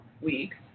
weeks